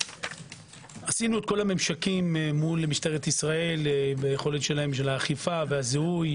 עשינו את כל הממשקים מול ממשלת ישראל ביכולת שלהם בשביל האכיפה והזיהוי,